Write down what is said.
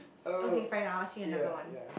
okay fine I'll ask you another one